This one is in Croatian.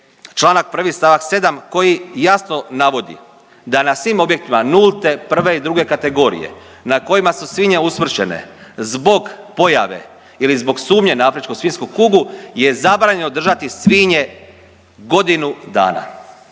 članak 1. stavak 7. koji jasno navodi da na svim objektima nulte, prve i druge kategorije na kojima su svinje usmrćene zbog pojave ili zbog sumnje na afričku svinjsku kugu je zabranjeno držati svinje godinu dana,